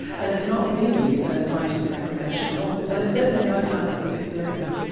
and it's not really a scientific application at all and it's certainly no part of music therapy.